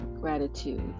Gratitude